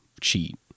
cheat